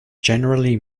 generally